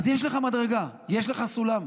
אז יש לך מדרגה, יש לך סולם.